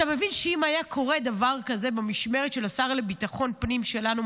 אתה מבין שאם היה קורה דבר כזה במשמרת של השר לביטחון פנים שלנו,